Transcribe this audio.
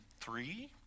three